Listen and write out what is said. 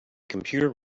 computer